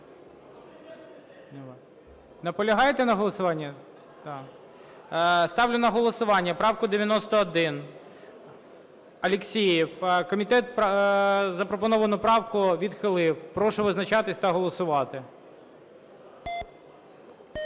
Наполягаєте на голосуванні? Ставлю на голосування правку 91, Алєксєєв. Комітет запропоновану правку відхилив. Прошу визначатися та голосувати.